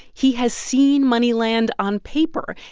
he has seen moneyland on paper,